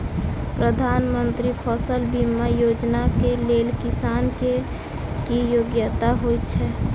प्रधानमंत्री फसल बीमा योजना केँ लेल किसान केँ की योग्यता होइत छै?